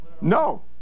No